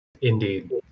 Indeed